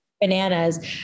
bananas